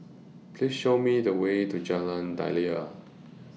Please Show Me The Way to Jalan Daliah